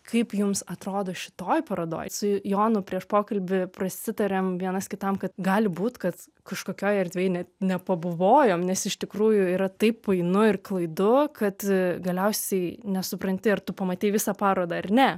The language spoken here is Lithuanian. kaip jums atrodo šitoj parodoj su jonu prieš pokalbį prasitarėm vienas kitam kad gali būt kad kažkokioj erdvėj net nepabuvojom nes iš tikrųjų yra taip painu ir klaidu kad galiausiai nesupranti ar tu pamatei visą parodą ar ne